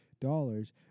dollars